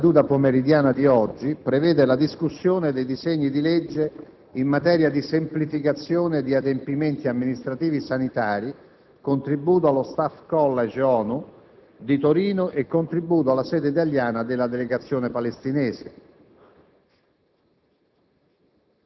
L'ordine del giorno della seduta pomeridiana di oggi prevede la discussione dei disegni di legge in materia di semplificazione di adempimenti amministrativi sanitari, contributo allo *Staff College* ONU di Torino e contributo alla sede italiana della Delegazione palestinese.